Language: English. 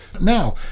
now